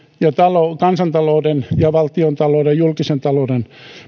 sekä kansantalouden valtiontalouden ja julkisen talouden